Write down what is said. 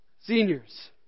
Seniors